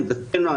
עמדתנו.